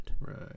right